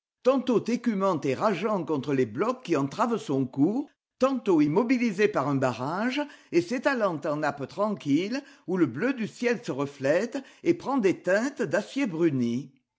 tantôt écumant et rageant contre les blocs qui entravent son cours tantôt immobilisée par un barrage et s'étalant en nappes tranquilles où le bleu du ciel se reflète et prend des teintes d'acier bruni